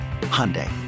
Hyundai